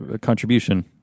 contribution